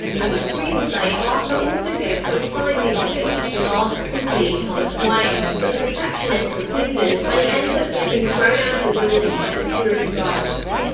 in the screenplay, arthur also goes inside the office and asks to see thomas wayne. but the receptionist refuses and he ends up getting thrown out of the building by security guards.